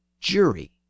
jury